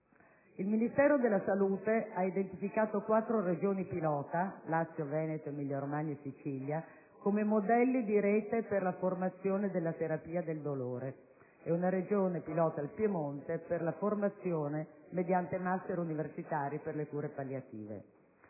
Il Ministero della salute ha identificato quattro Regioni pilota (Lazio, Veneto, Emilia-Romagna e Sicilia) come modelli di rete per la formazione della terapia del dolore e una Regione pilota (Piemonte) per la formazione mediante *master* universitari per le cure palliative.